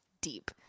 deep